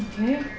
Okay